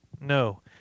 No